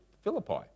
Philippi